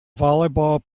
volleyball